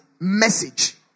message